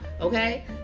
Okay